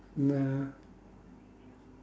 no